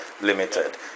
Limited